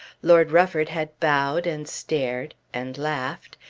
lord rufford had bowed and stared, and laughed,